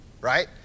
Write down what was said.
right